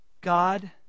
God